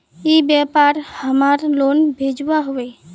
ई व्यापार हमार लोन भेजुआ हभे?